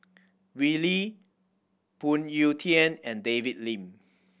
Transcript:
Wee Lin Phoon Yew Tien and David Lim